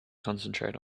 concentrate